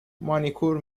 مانیکور